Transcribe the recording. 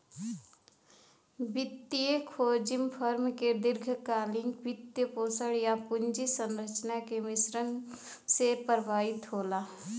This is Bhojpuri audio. वित्तीय जोखिम फर्म के दीर्घकालिक वित्तपोषण, या पूंजी संरचना के मिश्रण से प्रभावित होला